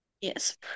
yes